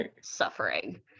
suffering